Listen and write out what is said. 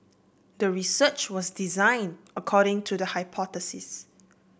the research was design according to the hypothesis